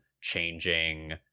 changing